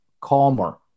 calmer